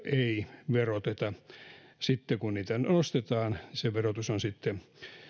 ei veroteta sitten kun niitä nostetaan se verotus on sitten